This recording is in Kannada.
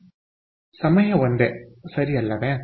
ಆದ್ದರಿಂದ ಸಮಯ ಒಂದೇ ಸರಿ ಅಲ್ಲವೇ